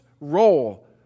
role